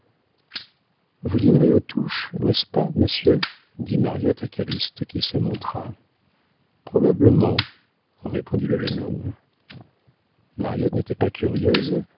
vous dînerez aux touches n'est-ce pas monsieur dit mariotte à calyste qui se montra probablement répondit le jeune homme mariotte n'était pas curieuse